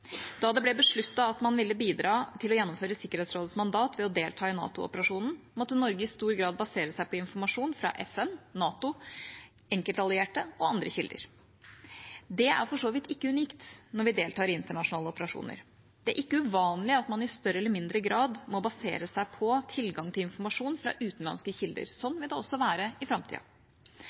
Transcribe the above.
Da det ble besluttet at man ville bidra til å gjennomføre Sikkerhetsrådets mandat ved å delta i NATO-operasjonen, måtte Norge i stor grad basere seg på informasjon fra FN, NATO, enkeltallierte og andre kilder. Det er for så vidt ikke unikt når vi deltar i internasjonale operasjoner. Det er ikke uvanlig at man i større eller mindre grad må basere seg på tilgang til informasjon fra utenlandske kilder. Sånn vil det også være i framtida.